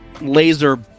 laser